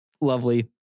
lovely